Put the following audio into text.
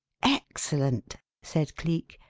excellent! said cleek.